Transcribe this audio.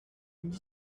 nous